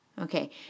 Okay